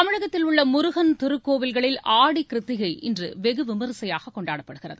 தமிழகத்தில் உள்ள முருகன் திருக்கோவில்களில் ஆடிக் கிருத்திகை இன்று வெகு விமர்சையாக கொண்டாடப்படுகிறது